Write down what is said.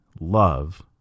love